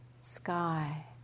sky